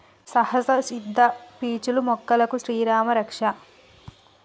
సహజ సిద్ద పీచులు మొక్కలకు శ్రీరామా రక్ష